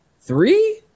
three